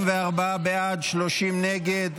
44 בעד, 30 נגד.